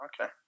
Okay